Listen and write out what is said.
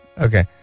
okay